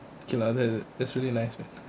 okay lah that is really nice man